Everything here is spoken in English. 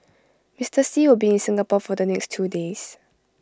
Mister Xi will be in Singapore for the next two days